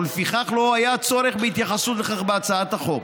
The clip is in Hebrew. ולפיכך לא היה צורך בהתייחסות לכך בהצעת החוק.